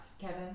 Kevin